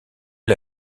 est